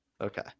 Okay